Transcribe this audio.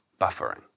buffering